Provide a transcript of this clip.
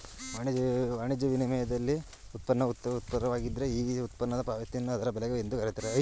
ವಾಣಿಜ್ಯ ವಿನಿಮಯದಲ್ಲಿ ಉತ್ಪನ್ನವು ಉತ್ತಮವಾಗಿದ್ದ್ರೆ ಈ ಉತ್ಪನ್ನದ ಪಾವತಿಯನ್ನು ಅದರ ಬೆಲೆ ಎಂದು ಕರೆಯುತ್ತಾರೆ